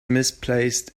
misplaced